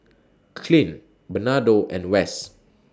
Clint Bernardo and Wess